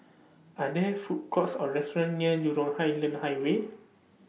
Are There Food Courts Or restaurants near Jurong Island Highway